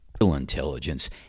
Intelligence